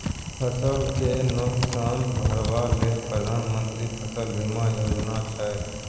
फसल केँ नोकसान भरबा लेल प्रधानमंत्री फसल बीमा योजना छै